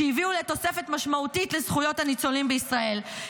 שהביאו לתוספת משמעותית לזכויות הניצולים בישראל.